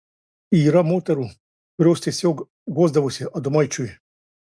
yra moterų kurios tiesiog guosdavosi adomaičiui